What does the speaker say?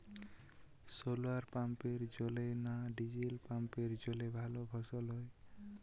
শোলার পাম্পের জলে না ডিজেল পাম্পের জলে ভালো ফসল হয়?